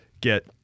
get